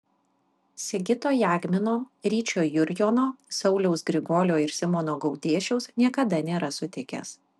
sigito jagmino ryčio jurjono sauliaus grigolio ir simono gaudėšiaus niekada nėra sutikęs